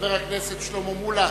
חבר הכנסת שלמה מולה.